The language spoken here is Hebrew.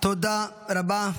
תודה רבה.